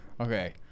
Okay